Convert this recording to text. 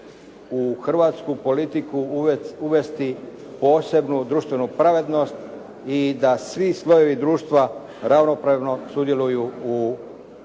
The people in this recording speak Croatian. u hrvatsku politiku uvesti posebnu društvenu pravednost i da svi slojevi društva ravnopravno sudjeluju i u